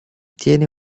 tienen